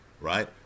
right